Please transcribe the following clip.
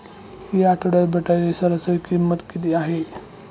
या आठवड्यात बटाट्याची सरासरी किंमत किती आहे?